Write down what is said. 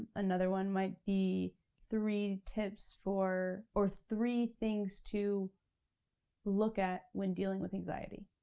another one might be three tips for, or three things to look at when dealing with anxiety.